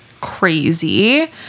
crazy